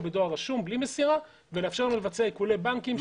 רשום בלי מסירה ולאפשר להם לבצע עיקולי בנקים.